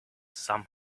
some